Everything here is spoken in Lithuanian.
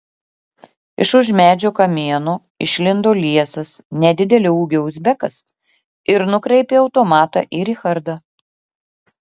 iš už medžio kamieno išlindo liesas nedidelio ūgio uzbekas ir nukreipė automatą į richardą